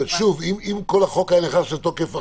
ושוב, אם כל החוק היה נכנס לתוקף עכשיו,